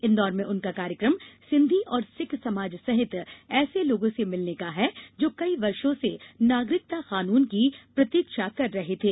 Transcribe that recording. इंदौर में उनका कार्यक्रम सिंधी और सिख समाज सहित ऐसे लोगों से मिलने का है जो कई वर्षों से नागरिकता कानून की प्रतीक्षा कर रहे थे